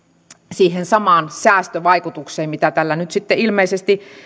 siihen samaan säästövaikutukseen kuin mitä tällä nyt sitten ilmeisesti